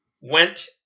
went